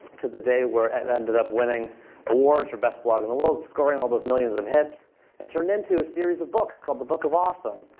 to the day where it ended up winning awards for best blog in the world, scoring all those millions of hits and turned into a series of books called the book of awesome,